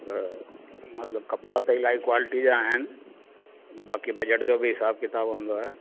हा मतलबु कपिड़ा त इलाही क्वालिटी जा आहिनि बाक़ी बजेट जो बि हिसाबु किताबु हूंदो आहे